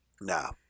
Now